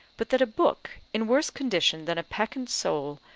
but that a book, in worse condition than a peccant soul,